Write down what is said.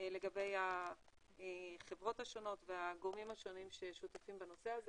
לגבי החברות השונות והגורמים השונים ששותפים בנושא הזה.